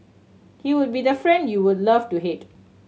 he would be the friend you would love to hate